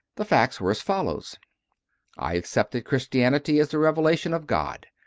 the facts were as follows i accepted christianity as the revelation of god.